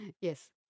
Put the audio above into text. Yes